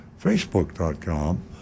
Facebook.com